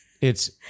It's-